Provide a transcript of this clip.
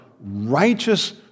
righteous